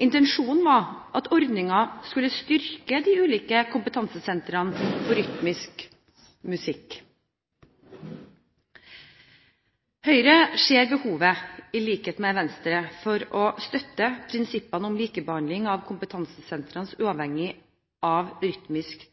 Intensjonen var at ordningen skulle styrke de ulike kompetansesentrene for rytmisk musikk. Høyre ser i likhet med Venstre behovet for å støtte prinsippene om likebehandling av kompetansesentrene uavhengig av rytmisk